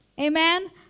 Amen